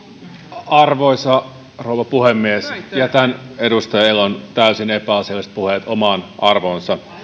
arvoisa rouva puhemies jätän edustaja elon täysin epäasialliset puheet omaan arvoonsa